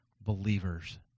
believers